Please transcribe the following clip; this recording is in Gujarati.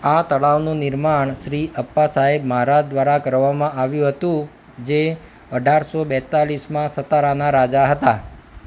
આ તળાવનું નિર્માણ શ્રી અપ્પાસાહેબ મહારાજ દ્વારા કરાવવામાં આવ્યું હતું જે અઢારસો બેતાળીસમાં સતારાના રાજા હતા